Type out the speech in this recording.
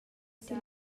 dil